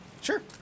Sure